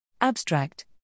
Abstract